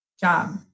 job